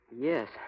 Yes